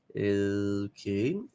Okay